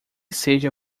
seja